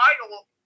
title